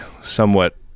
somewhat